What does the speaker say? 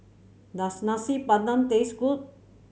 does Nasi Padang taste good